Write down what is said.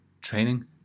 training